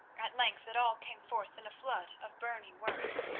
at length it all came forth in a flood of burning words.